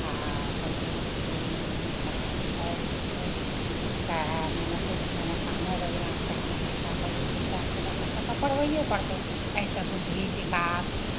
आ कल्भेन्ट उल्भेमे पढ़ाइ लिखाइ आओर किछु होइ छै तऽ मने किछु मने कामो रोजगार कए कऽ पैसा कौड़ी जुगतए कए तऽ बच्चा सबके पढ़बैये पड़तै एहि सऽ बुद्धि विकास